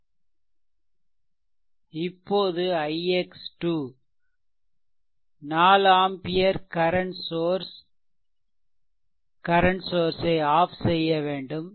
இப்போது ix " 4 ampere current source ஐ off செய்யவேண்டும்